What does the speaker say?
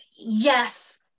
yes